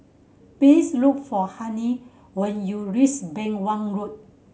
please look for Halie when you reach Beng Wan Road